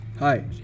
Hi